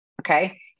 Okay